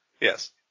Yes